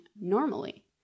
normally